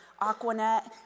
Aquanet